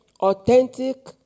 authentic